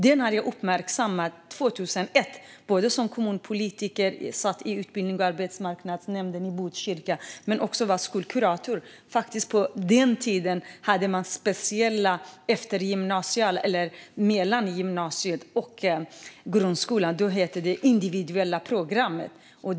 Det har jag uppmärksammat sedan 2001 som kommunpolitiker. Jag satt i utbildnings och arbetsmarknadsnämnden i Botkyrka, men jag var också skolkurator. På den tiden hade man mellan grundskolan och gymnasiet något som hette individuella programmet.